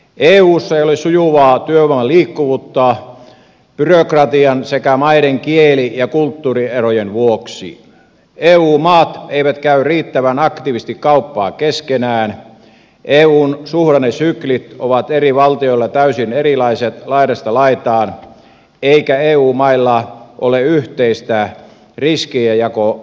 eussa ei ole sujuvaa työvoiman liikkuvuutta byrokratian sekä maiden kieli ja kulttuurierojen vuoksi eu maat eivät käy riittävän aktiivisesti kauppaa keskenään eun suhdannesyklit ovat eri valtioilla täysin erilaiset laidasta laitaan eikä eu mailla ole yhteistä riskien jakomekanismia